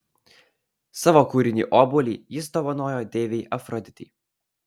savo kūrinį obuolį jis dovanojo deivei afroditei